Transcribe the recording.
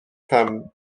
femme